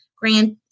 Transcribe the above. grant